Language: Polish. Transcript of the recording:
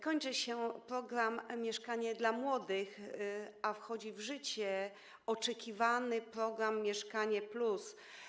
Kończy się program „Mieszkanie dla młodych”, a wchodzi w życie oczekiwany program „Mieszkanie+”